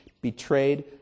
betrayed